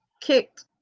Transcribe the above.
kicked